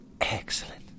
Excellent